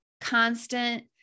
constant